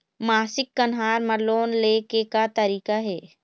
मासिक कन्हार म लोन ले के का तरीका हे?